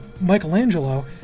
Michelangelo